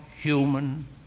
human